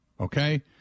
okay